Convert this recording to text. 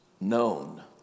known